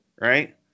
right –